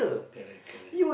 correct correct